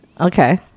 Okay